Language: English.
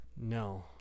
No